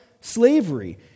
slavery